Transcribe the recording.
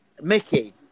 Mickey